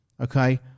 okay